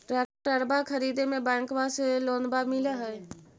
ट्रैक्टरबा खरीदे मे बैंकबा से लोंबा मिल है?